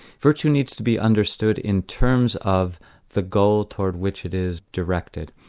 virtue needs to be understood in terms of the goal towards which it is directed,